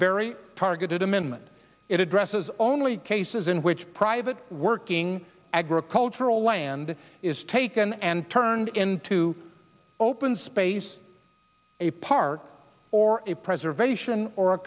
very targeted amendment it addresses only cases in which private working agricultural land is taken and turned into open space a park or a preservation or a